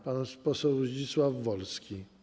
Pan poseł Zdzisław Wolski.